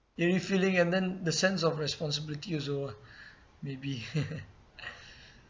give me feeling and then the sense of responsibility also ah maybe